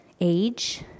age